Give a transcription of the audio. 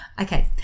okay